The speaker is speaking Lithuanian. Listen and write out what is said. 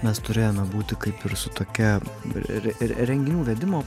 mes turėjome būti kaip ir su tokia renginių vedimo